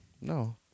No